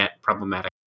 problematic